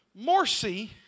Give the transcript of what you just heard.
Morsi